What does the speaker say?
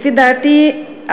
לפי דעתי,